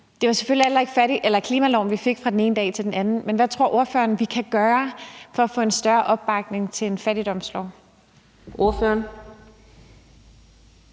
Vi fik selvfølgelig heller ikke klimaloven fra den ene dag til den anden. Hvad tror ordføreren vi kan gøre for at få en større opbakning til en fattigdomslov? Kl.